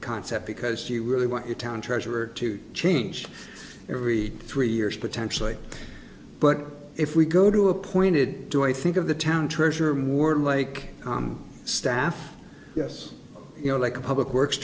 concept because you really want a town treasurer to change every three years potentially but if we go to appointed to i think of the town treasurer more like staff yes you know like a public works